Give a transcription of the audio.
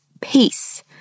peace